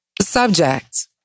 Subject